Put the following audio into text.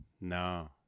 No